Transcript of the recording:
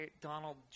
Donald –